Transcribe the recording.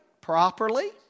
properly